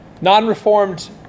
non-reformed